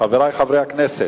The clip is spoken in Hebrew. חברי חברי הכנסת,